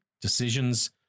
decisions